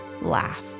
laugh